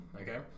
okay